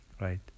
right